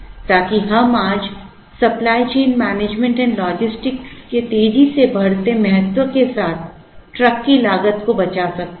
ताकि हम आज supply chain management and logistic के तेजी से बढ़ते महत्व के साथ Refer Slide Time 0015 ट्रक की लागत को बचा सकते हैं